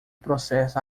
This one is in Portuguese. processa